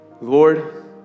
Lord